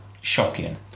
shocking